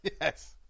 Yes